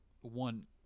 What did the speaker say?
one